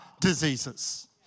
diseases